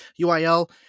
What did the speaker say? UIL